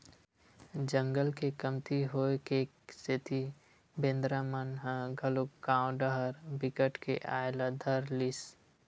जंगल के कमती होए के सेती बेंदरा मन ह घलोक गाँव डाहर बिकट के आये ल धर लिस